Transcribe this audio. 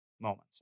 moments